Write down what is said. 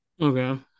Okay